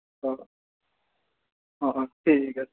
অ' অ' অ' ঠিক আছে